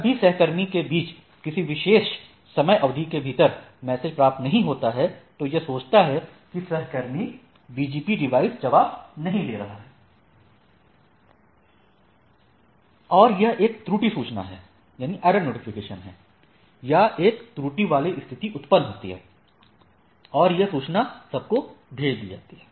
जब भी सहकर्मियों के बीच किसी विशेष समय अवधि के भीतर मेसेज प्राप्त नहीं होता है तो यह सोचता है कि सहकर्मी BGP डिवाइस जवाब नहीं दे रहा है और यह एक त्रुटि सूचना है या एक त्रुटि वाली स्थिति उत्पन्न होती है और यह सूचना सबको भेजी जाती है